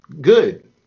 Good